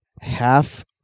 half